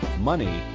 money